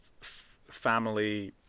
family